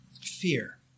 Fear